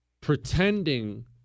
pretending